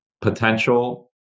potential